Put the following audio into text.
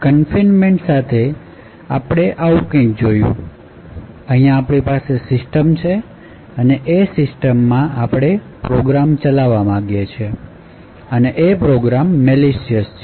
confinement સાથે આપણે આવું કંઇક જોયું અહીંયા આપણી પાસે સીસ્ટમ છે અને એ સિસ્ટમમાં આપણે પ્રોગ્રામ ચલાવવા માગીએ છીએ અને એ પ્રોગ્રામ મેલિશયસ છે